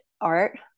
art